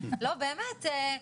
לא באמת,